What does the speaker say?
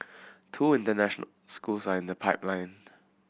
two international schools are in the pipeline